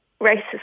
racist